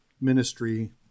ministry